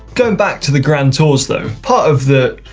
going back to the grand tours though. part of the,